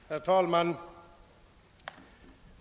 Herr talman!